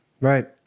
Right